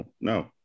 no